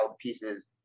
pieces